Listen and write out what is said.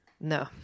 No